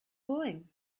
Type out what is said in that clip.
going